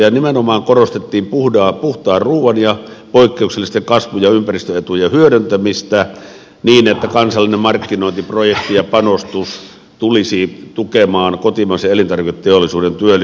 ja nimenomaan korostettiin puhtaan ruuan ja poikkeuksellisten kasvu ja ympäristöetujen hyödyntämistä niin että kansallinen markkinointiprojekti ja panostus tulisi tukemaan kotimaisen elintarviketeollisuuden työllisyyttä